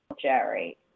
Jerry